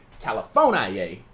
California